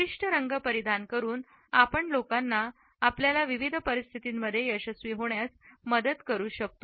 विशिष्ट रंग परिधान करून आपण लोकांना आपल्याला विविध परिस्थितींमध्ये यशस्वी होण्यास मदत करू शकतो